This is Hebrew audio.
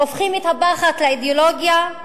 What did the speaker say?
הופכות את הפחד לאידיאולוגיה.